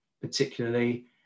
particularly